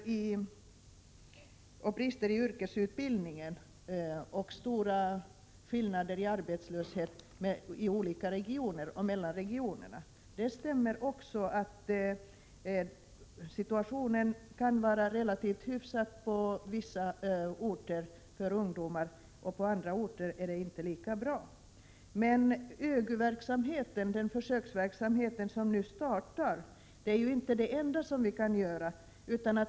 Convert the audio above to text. Beträffande brister i yrkesutbildningen och stora skillnader mellan regioner och i regioner när det gäller arbetslöshet: Det stämmer att situationen för ungdomar kan vara relativt hyfsad på vissa orter, medan den på andra orter inte är lika bra. Men ÖGY-verksamheten, den försöksverksamhet som nu startar, är inte det enda som vi kan göra.